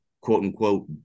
quote-unquote